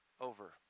over